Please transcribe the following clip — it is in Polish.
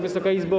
Wysoka Izbo!